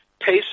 Pace